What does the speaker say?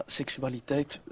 seksualiteit